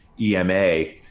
EMA